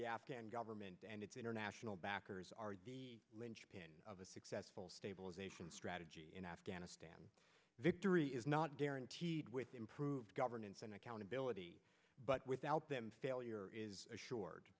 the afghan government and its international backers are linchpin of a successful stabilization strategy in afghanistan victory is not guaranteed with improved governance and accountability but without them failure is assured